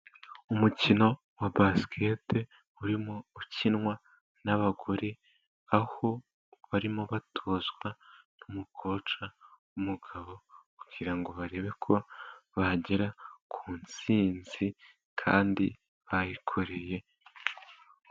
Umukino wa basiketi urimo ukinwa n'abagore. Aho barimo batozwa n'umukoci w'umugabo kugira ngo barebe ko bagera ku ntsinzi kandi bayikoreye.